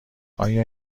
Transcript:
آیا